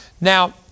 Now